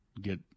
get